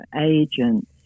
agents